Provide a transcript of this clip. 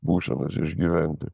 būsenas išgyventi